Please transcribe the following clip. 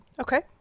Okay